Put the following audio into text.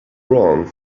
wrong